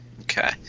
Okay